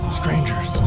strangers